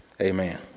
amen